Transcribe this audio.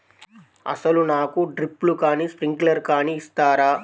అసలు నాకు డ్రిప్లు కానీ స్ప్రింక్లర్ కానీ ఇస్తారా?